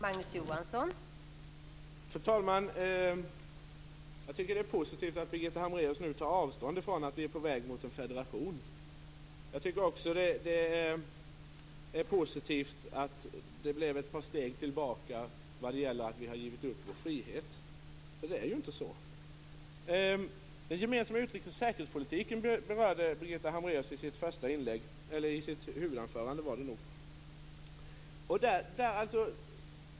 Fru talman! Jag tycker att det är positivt att Birgitta Hambraeus nu tar avstånd från uppfattningen att vi är på väg mot en federation. Jag tycker också att det är positivt att hon tar ett par steg tillbaka vad det gäller att vi har givit upp vår frihet. Det är ju inte så. Birgitta Hambraeus berörde den gemensamma utrikes och säkerhetspolitiken i sitt huvudanförande.